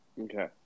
Okay